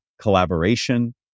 collaboration